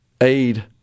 aid